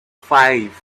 five